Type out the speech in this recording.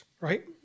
right